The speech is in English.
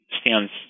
stands